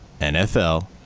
NFL